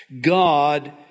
God